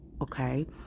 okay